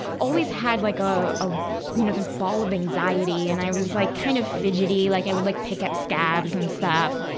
always had like ah a, you know, this ball of anxiety. and i was like kind of fidgety. like, i would like pick at scabs and stuff.